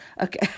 Okay